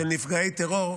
של נפגעי טרור,